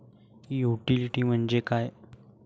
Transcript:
Utility म्हणजे काय?